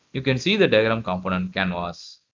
you can see the diagram component canvas.